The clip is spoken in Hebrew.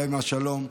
עליהם השלום,